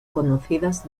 conocidas